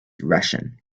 russian